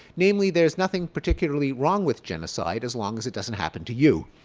namely, there's nothing particularly wrong with genocide as long as it doesn't happen to you.